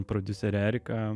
prodiusere erika